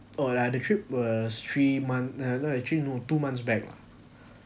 oh that the trip was three months no no actually no two months back lah